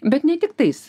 bet ne tiktais